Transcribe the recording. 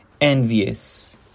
envious